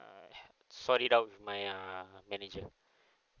uh sort it out with my uh manager